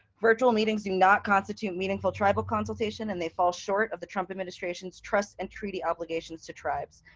virtual meetings do not constitute meaningful tribal consultation, and they fall short of the trump administration's trust and treaty obligations to tribes.